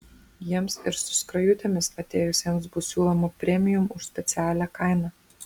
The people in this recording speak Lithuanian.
jiems ir su skrajutėmis atėjusiems bus siūloma premium už specialią kainą